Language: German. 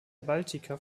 baltica